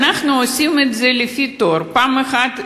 אנחנו עושים את זה לפי תור: פעם אחת,